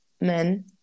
men